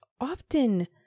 often